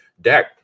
Dak